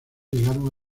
llegaron